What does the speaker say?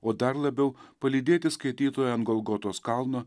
o dar labiau palydėti skaitytoją ant golgotos kalno